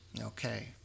Okay